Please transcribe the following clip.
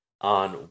on